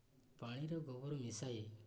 ପାଣିରେ ଗୋବର ମିଶାଇ